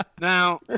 Now